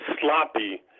sloppy